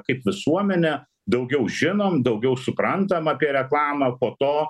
kaip visuomenė daugiau žinom daugiau suprantam apie reklamą po to